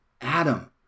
Adam